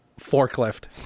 forklift